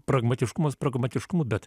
pragmatiškumas pragmatiškumu bet